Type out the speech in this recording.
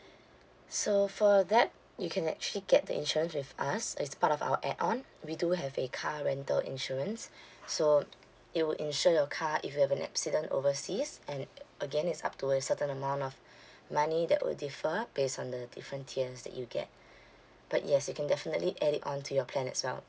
so for that you can actually get the insurance with us it's part of our add-on we do have a car rental insurance so it would insure your car if you have an accident overseas and again it's up to a certain amount of money that will differ based on the different tiers that you get but yes you can definitely add it on to your plan as well